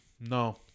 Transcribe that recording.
No